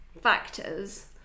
factors